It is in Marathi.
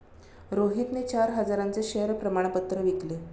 रोहितने चार हजारांचे शेअर प्रमाण पत्र विकले